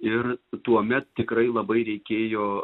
ir tuomet tikrai labai reikėjo